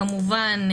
כמובן,